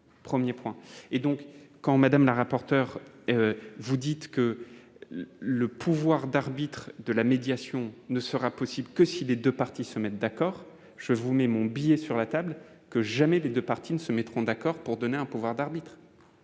qui dure ... Vous dites, madame la rapporteure, que le pouvoir d'arbitre de la médiation ne sera possible que si les deux parties se mettent d'accord. Mais je vous mets mon billet que jamais les deux parties ne se mettront d'accord pour donner un pouvoir d'arbitre.